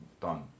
done